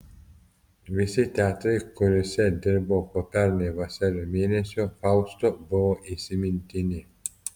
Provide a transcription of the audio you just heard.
visi teatrai kuriuose dirbau po pernai vasario mėnesio fausto buvo įsimintini